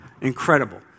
Incredible